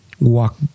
walk